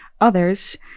others